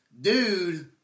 dude